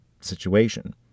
situation